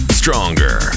stronger